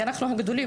כי אנחנו המבוגרים,